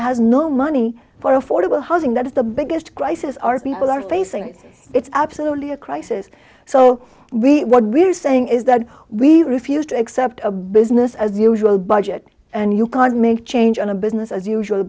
has no money for affordable housing that is the biggest crisis our people are facing it's absolutely a crisis so we what we're saying is that we refused to accept a business as usual budget and you can't make change on a business as usual